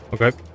Okay